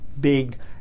big